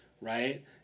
Right